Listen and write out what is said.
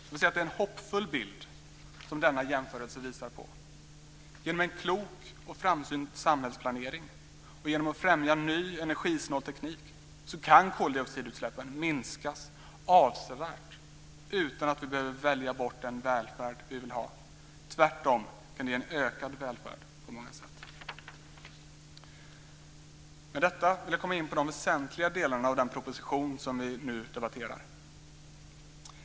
Det är alltså en hoppfull bild som denna jämförelse visar på. Genom en klok och framsynt samhällsplanering och genom främjande av ny energisnål teknik kan koldioxidutsläppen minskas avsevärt utan att vi behöver välja bort den välfärd vi vill ha. Tvärtom kan det på många sätt ge en ökad välfärd. Med detta vill jag komma in på de väsentliga delarna av den proposition som vi nu debatterar.